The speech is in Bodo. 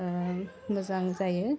मोजां जायो